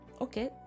okay